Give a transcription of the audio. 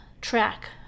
track